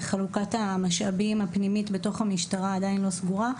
וחלוקת המשאבים הפנימית בתוך המשטרה עדיין לא סגורה,